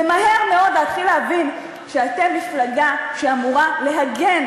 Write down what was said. ומהר מאוד להתחיל להבין שאתם מפלגה שאמורה להגן